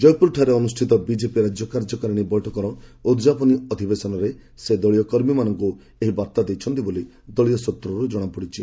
ଜୟପୁରଠାରେ ଅନୁଷ୍ଠିତ ବିଜେପି ରାଜ୍ୟ କାର୍ଯ୍ୟକାରିଣୀ ବୈଠକର ଉଦ୍ଯାପନୀ ଅଧିବେଶନରେ ସେ ଦଳୀୟ କର୍ମୀମାନଙ୍କୁ ଏହି ବାର୍ତ୍ତା ଦେଇଛନ୍ତି ବୋଲି ଦଳୀୟ ସ୍ୱତ୍ରରୁ କଣାପଡ଼ିଛି